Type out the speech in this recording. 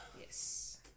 Yes